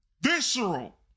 Visceral